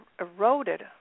eroded